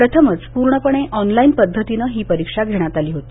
प्रथमच पूर्णपणे ऑनलाईन पद्धतीने ही परीक्षा घेण्यात आली होती